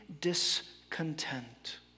discontent